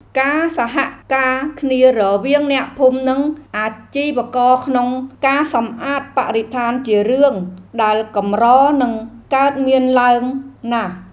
ការសហការគ្នារវាងអ្នកភូមិនិងអាជីវករក្នុងការសម្អាតបរិស្ថានជារឿងដែលកម្រនឹងកើតមានឡើងណាស់។